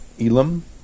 Elam